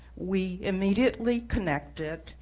we immediately connected.